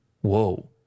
Whoa